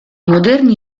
moderni